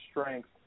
strength